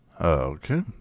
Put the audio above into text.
Okay